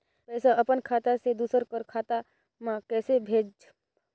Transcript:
पइसा अपन खाता से दूसर कर खाता म कइसे भेजब?